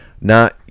not-